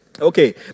Okay